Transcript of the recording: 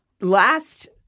last